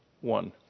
one